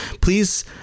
please